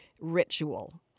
ritual